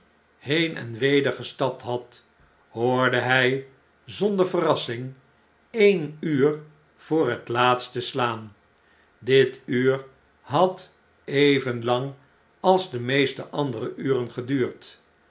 heen en weder gestapt had hoorde hij zonder verrassing een uur voor het laatst slaan dit uur had even lang als de meeste andere uren geduurd